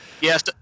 Yes